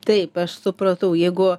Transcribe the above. taip aš supratau jeigu